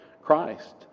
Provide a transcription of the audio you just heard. Christ